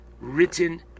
written